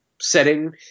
setting